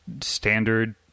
standard